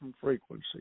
frequency